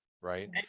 right